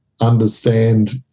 understand